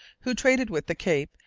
who traded with the cape,